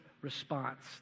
response